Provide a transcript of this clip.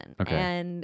Okay